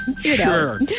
Sure